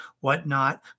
whatnot